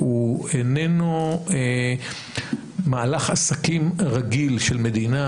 הוא איננו מהלך עסקים רגיל של מדינה,